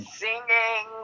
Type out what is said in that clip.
singing